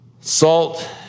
Salt